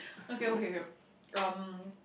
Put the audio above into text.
okay okay um